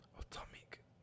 atomic